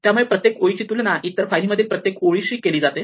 त्यामुळे प्रत्येक ओळीची तुलना इतर फाईलमधील प्रत्येक ओळीशी केली जाते